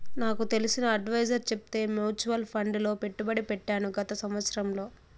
నాకు తెలిసిన అడ్వైసర్ చెప్తే మూచువాల్ ఫండ్ లో పెట్టుబడి పెట్టాను గత సంవత్సరంలో